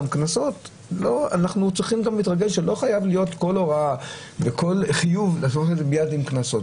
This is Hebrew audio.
אנחנו צריכים להתרגל שלא כל הוראה וכל חיוב צריכים לעשות מיד עם קנסות,